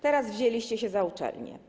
Teraz wzięliście się za uczelnie.